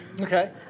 Okay